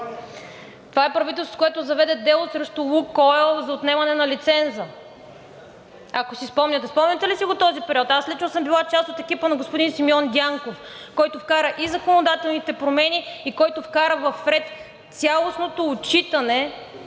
Това е правителството, което заведе дело срещу „Лукойл“ за отнемане на лиценза, ако си спомняте. Спомняте ли си го този период? Аз нито съм била част от екипа на господин Симеон Дянков, който вкара законодателните промени и който вкара в ред цялостното отчитане